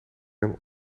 hem